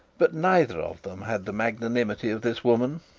but neither of them had the magnanimity of this woman.